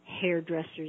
hairdressers